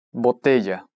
botella